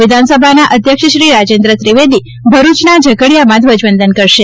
વિધાનસભાના અધ્યક્ષ શ્રી રાજેન્દ્ર ત્રિવેદી ભરૂચના ઝઘડીયામાં ધ્વજવંદન કરશે